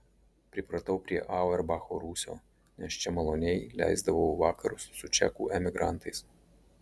pripratau prie auerbacho rūsio nes čia maloniai leisdavau vakarus su čekų emigrantais